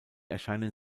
erscheinen